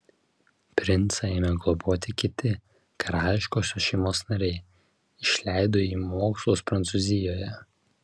princą ėmė globoti kiti karališkosios šeimos nariai išleido jį į mokslus prancūzijoje